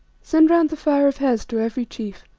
send round the fire of hes to every chief.